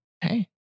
Hey